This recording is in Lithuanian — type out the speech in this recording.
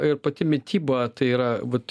ir pati mityba tai yra vat